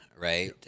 Right